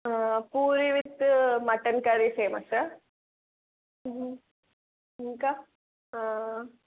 puri with mutton curry famous ఇంకా